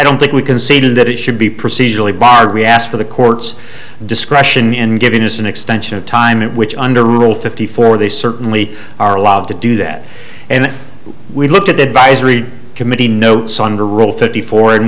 don't think we conceded that it should be procedurally barred we asked for the court's discretion and given us an extension of time in which under rule fifty four they certainly are allowed to do that and we looked at the advisory committee notes on the rule fifty four and